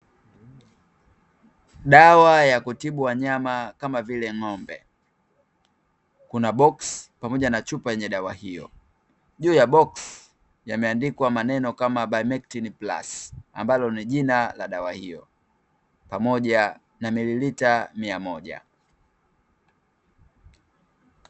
Dawa ya kutibu wanyama kama vile ng'ombe, kuna boksi pamoja na chupa yenye dawa hiyo, juu ya boksi yameandikwa maneno kama "BIMECTIN PLUS" ambalo ni jina la dawa hiyo pamoja na mililita miamoja.